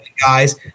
guys